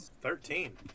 Thirteen